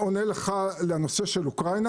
לנושא של אוקראינה